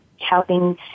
helping